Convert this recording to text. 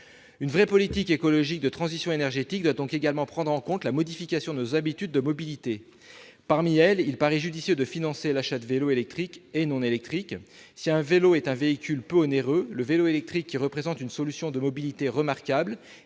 Une vraie politique écologique de transition énergétique doit donc également prendre en compte la modification de nos habitudes de mobilité. Parmi elles, il paraît judicieux de financer l'achat de vélos, électriques et non électriques. Si un vélo est un véhicule peu onéreux, le vélo électrique qui représente une solution de mobilité remarquable